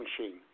machine